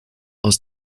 aus